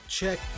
Check